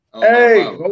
Hey